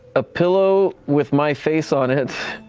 a pillow with my face on it.